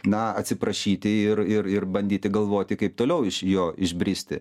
na atsiprašyti ir ir ir bandyti galvoti kaip toliau iš jo išbristi